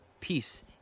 peace